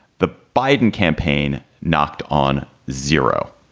the biden campaign knocked on zero.